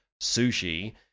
Sushi